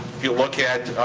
if you look at